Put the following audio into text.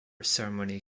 ceremony